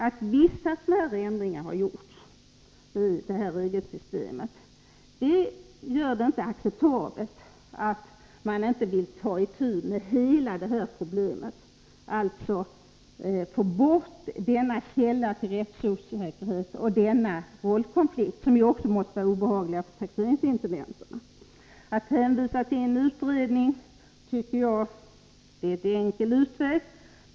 Att vissa smärre ändringar har gjorts i detta regelsystem gör det inte acceptabelt att man inte vill ta itu med hela detta problem, dvs. få bort denna källa till rättsosäkerhet och denna rollkonflikt, som också måste vara obehagliga för taxeringsintendenterna. Att hänvisa till en utredning är en enkel utväg.